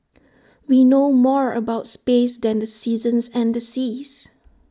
we know more about space than the seasons and the seas